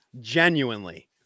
Genuinely